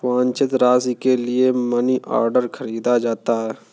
वांछित राशि के लिए मनीऑर्डर खरीदा जाता है